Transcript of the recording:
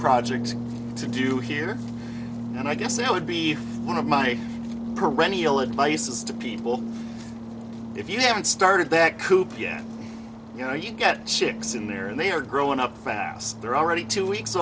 projects to do here and i guess it would be one of my perennial advice as to people if you haven't started that coop yet you know you've got chicks in there and they are growing up fast they're already two weeks